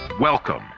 Welcome